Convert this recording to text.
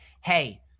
Hey